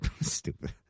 Stupid